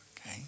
okay